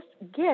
gift